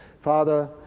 Father